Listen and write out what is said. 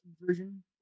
version